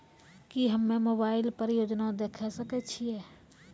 की हम्मे मोबाइल पर योजना देखय सकय छियै?